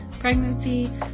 pregnancy